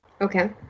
Okay